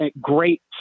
great